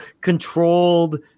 controlled